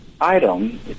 item